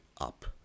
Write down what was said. Up